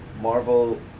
Marvel